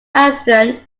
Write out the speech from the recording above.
accident